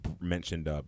mentioned